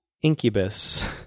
Incubus